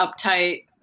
uptight